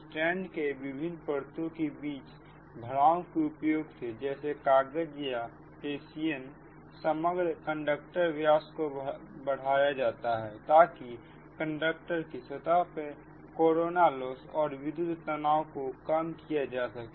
strand के विभिन्न परतों के बीच भरावों के उपयोग से जैसे कागज या हेसियन समग्र कंडक्टर व्यास को बढ़ाया जाता है ताकि कंडक्टर की सतह पर कोरोना लॉस और विद्युत तनाव को कम किया जा सके